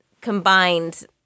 combined